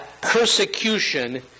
persecution